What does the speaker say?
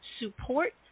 support